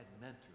mentors